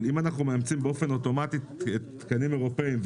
אבל אם אנחנו מאמצים באופן אוטומטי תקנים אירופאיים,